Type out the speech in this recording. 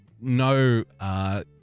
no